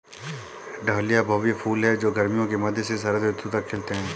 dahlia भव्य फूल हैं जो गर्मियों के मध्य से शरद ऋतु तक खिलते हैं